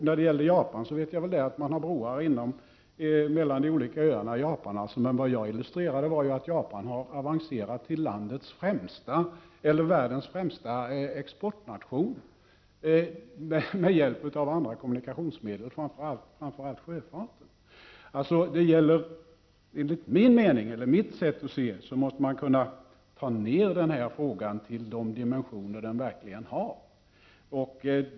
När det gäller Japan vet jag väl att man där har broar mellan öarna, men vad jag illustrerade var ju att Japan har avancerat till världens främsta exportnation med hjälp av andra kommunikationsmedel, framför allt sjöfarten. Enligt mitt sätt att se måste man kunna ta ner den här frågan till de dimensioner den verkligen har.